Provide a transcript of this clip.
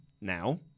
now